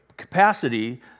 capacity